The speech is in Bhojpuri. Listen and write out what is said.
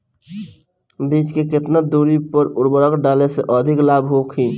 बीज के केतना दूरी पर उर्वरक डाले से अधिक लाभ होई?